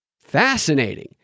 Fascinating